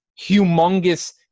humongous